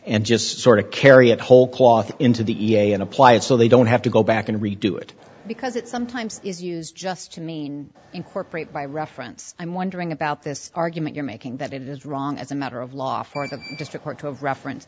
and just sort of carry it whole cloth into the e a a and apply it so they don't have to go back and redo it because it sometimes is used just to mean incorporate by reference i'm wondering about this argument you're making that it is wrong as a matter of law for the district court of reference